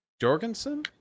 jorgensen